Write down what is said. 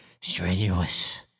strenuous